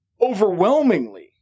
overwhelmingly